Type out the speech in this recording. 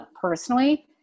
personally